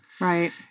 Right